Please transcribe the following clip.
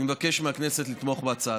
אני מבקש מהכנסת לתמוך בהצעה.